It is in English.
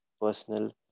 personal